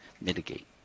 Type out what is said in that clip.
mitigate